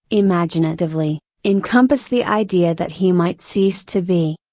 imaginatively, encompass the idea that he might cease to be.